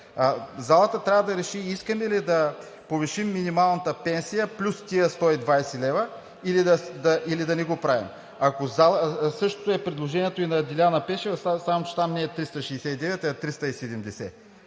залата трябва да реши искаме ли да повишим минималната пенсия плюс 120 лв., или да не го правим! Същото е предложението и на Деляна Пешева, само че там не е 369 лв., а 370